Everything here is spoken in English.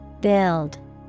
Build